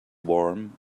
warm